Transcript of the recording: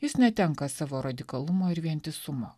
jis netenka savo radikalumo ir vientisumo